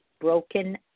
broken